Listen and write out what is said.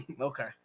Okay